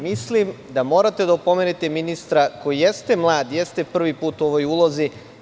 Mislim da morate da opomenete ministra, koji jeste mlad i jeste prvi put u ovoj ulozi.